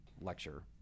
lecture